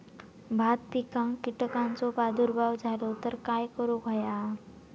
भात पिकांक कीटकांचो प्रादुर्भाव झालो तर काय करूक होया?